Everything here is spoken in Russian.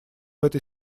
этой